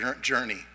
journey